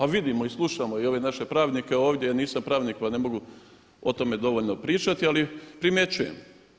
A vidimo i slušamo i ove naše pravnike ovdje, ja nisam pravnik pa ne mogu o tome dovoljno pričati ali primjećujem.